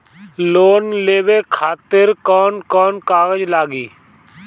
Loan लेवे खातिर कौन कौन कागज लागी?